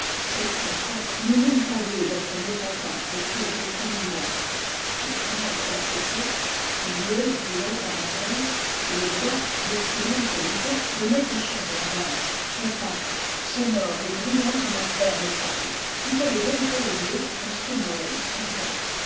ma foi nous n'eûmes pas lieu d'être mécontents au cours des premiers mois le temps était assez sec les meules brûlaient à merveille et le bois d'excellente qua lité donnait un charbon dense compact sonore et bril lant comme un clair métal tout allait donc pour le mieux lorsque noël